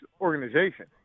organization